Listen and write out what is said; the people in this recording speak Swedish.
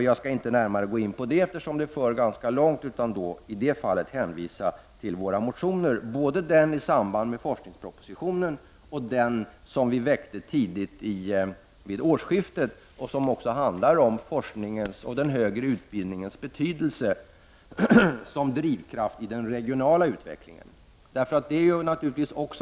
Jag skall inte gå in på denna etableringsmodell, eftersom det skulle föra alltför långt. Jag hänvisar till våra motioner, både den som vi väckte i samband med att forskningspropositionen framlades och den motion som vi väckte vid årsskiftet och som också handlar om forskningens och den högre utbildningens betydelse som drivkraft i den regionala utvecklingen.